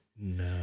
No